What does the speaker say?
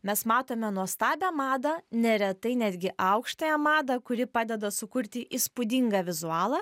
mes matome nuostabią madą neretai netgi aukštąją madą kuri padeda sukurti įspūdingą vizualą